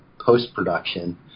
post-production